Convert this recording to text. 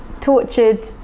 tortured